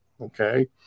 okay